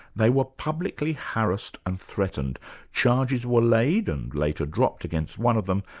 they were publicly harassed and threatened charges were laid and later dropped against one of them,